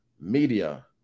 Media